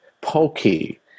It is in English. pokey